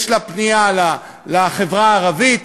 יש לה פנייה לחברה הערבית,